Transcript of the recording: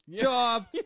job